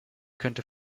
könnte